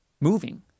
moving